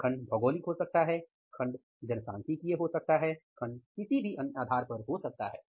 और खंड भौगोलिक हो सकता है खंड जनसांख्यिकीय हो सकता है खंड किसी अन्य आधार पर हो सकता है